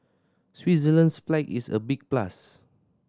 Switzerland's flag is a big plus